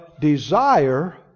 desire